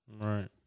Right